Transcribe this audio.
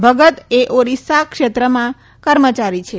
ભગત એ ઓરીસ્સા ક્ષેત્રમાં કર્મચારી છે